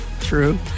True